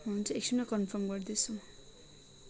हुन्छ एकछिनमा कन्फर्म गर्दैछु म